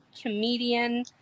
comedian